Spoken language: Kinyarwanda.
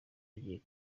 igiye